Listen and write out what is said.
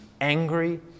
angry